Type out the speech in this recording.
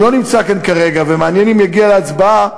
שלא נמצא כאן כרגע ומעניין אם יגיע להצבעה,